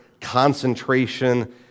concentration